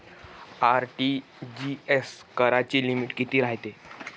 RTGS कराची limit कितीक रायते?